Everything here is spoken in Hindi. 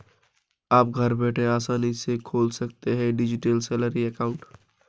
आप घर बैठे आसानी से खोल सकते हैं डिजिटल सैलरी अकाउंट